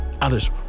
Others